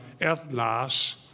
ethnos